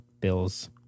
Bills